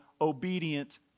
obedient